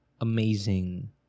amazing